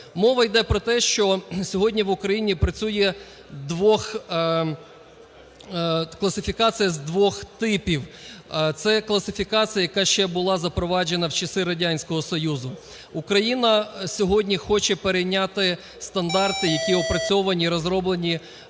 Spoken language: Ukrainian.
Мова йде про те, що сьогодні в Україні працює двох… класифікація з двох типів: це класифікація, яка була запроваджена ще в часи Радянського Союзу. Україна сьогодні хоче перейняти стандарти, які опрацьовані і розроблені